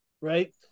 right